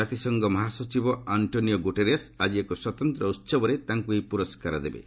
ଜାତିସଂଘ ମହାସଚିବ Antonio Guterres ଆଜି ଏକ ସ୍ୱତନ୍ତ୍ର ଉତ୍ସବରେ ତାଙ୍କୁ ଏହି ପୁରସ୍କାର ଦେବେ